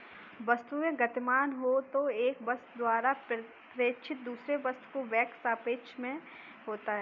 वस्तुएं गतिमान हो तो एक वस्तु द्वारा प्रेक्षित दूसरे वस्तु का वेग सापेक्ष में होता है